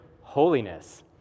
holiness